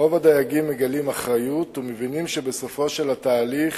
רוב הדייגים מגלים אחריות ומבינים שבסופו של התהליך